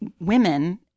women